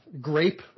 Grape